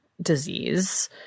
disease